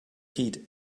heed